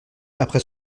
après